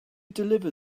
deliver